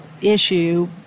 issue